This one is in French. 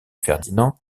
ferdinand